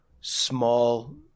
small